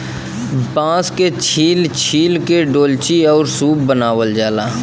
बांस के छील छील के डोल्ची आउर सूप बनावल जाला